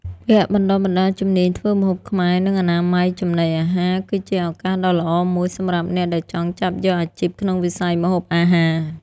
វគ្គបណ្ដុះបណ្ដាលជំនាញធ្វើម្ហូបខ្មែរ និងអនាម័យចំណីអាហារ គឺជាឱកាសដ៏ល្អមួយសម្រាប់អ្នកដែលចង់ចាប់យកអាជីពក្នុងវិស័យម្ហូបអាហារ។